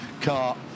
car